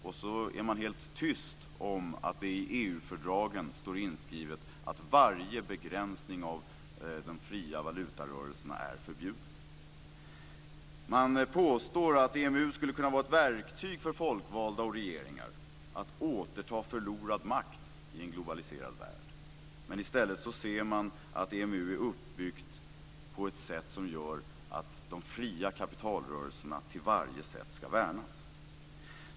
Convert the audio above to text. Man är helt tyst om att det i EU fördragen står inskrivet att varje begränsning av de fria valutarörelserna är förbjuden. Det påstås att EMU skulle kunna vara ett verktyg för folkvalda och regeringar att återta förlorad makt i en globaliserad värld men i stället ser man att EMU är uppbyggt så att de fria kapitalrörelserna på varje sätt ska värnas.